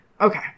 Okay